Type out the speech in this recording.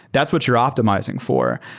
that's what you're optimizing for.